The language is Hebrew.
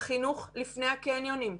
החינוך לפני הקניונים.